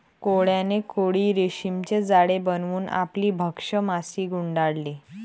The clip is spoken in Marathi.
कोळ्याने कोळी रेशीमचे जाळे बनवून आपली भक्ष्य माशी गुंडाळली